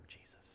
Jesus